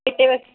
फेटेवर